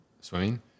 swimming